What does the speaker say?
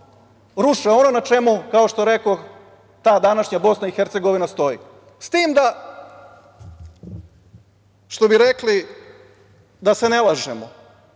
ruše ono na čemu, kao što rekoh, ta današnja BiH stoji, s tim da, što bi rekli, da se ne lažemo,